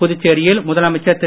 புதுச்சேரியில் முதலமைச்சர் திரு